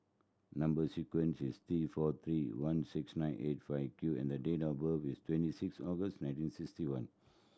number sequence is T four three one six nine eight five Q and date of birth is twenty six August nineteen sixty one